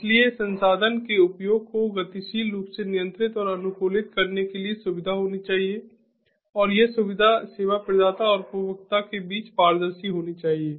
इसलिए संसाधन के उपयोग को गतिशील रूप से नियंत्रित और अनुकूलित करने के लिए सुविधा होनी चाहिए और यह सुविधा सेवा प्रदाता और उपभोक्ता के बीच पारदर्शी होनी चाहिए